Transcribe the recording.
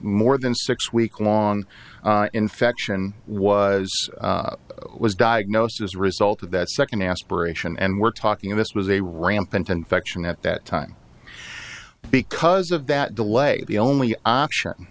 more than six week long infection was was diagnosed as a result of that second aspiration and we're talking this was a rampant infection at that time because of that delay the only option